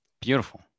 Beautiful